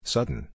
Sudden